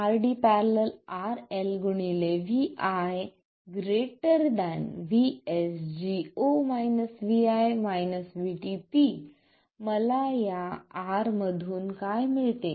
VSD0 gm RD ║ RL vi VSG0 vi VTP मला या R मधून काय मिळते